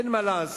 אין מה לעשות,